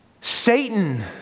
Satan